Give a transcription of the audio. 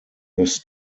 this